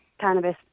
cannabis